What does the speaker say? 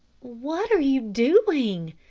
what are you doing?